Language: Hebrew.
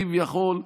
כביכול,